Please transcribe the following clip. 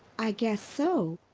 i guess so.